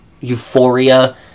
euphoria